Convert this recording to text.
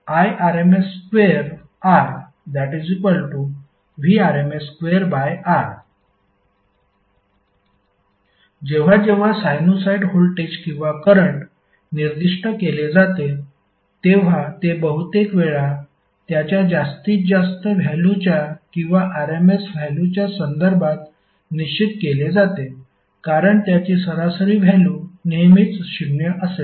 P12VmIm12Im2RIrms2RVrms2R जेव्हा जेव्हा sinusoid voltage किंवा करंट निर्दिष्ट केले जाते तेव्हा ते बहुतेक वेळा त्याच्या जास्तीत जास्त व्हॅल्युच्या किंवा RMS व्हॅल्युच्या संदर्भात निश्चित केले जाते कारण त्याची सरासरी व्हॅल्यु नेहमीच 0 असेल